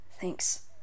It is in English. Thanks